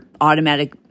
automatic